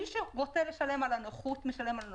מי שרוצים לשלם על הנוחות משלם על הנוחות,